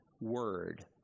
word